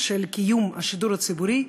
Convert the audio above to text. של קיום השידור הציבורי,